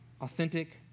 authentic